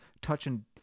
touching